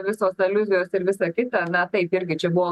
visos aliuzijos ir visa kita na taip irgi čia buvo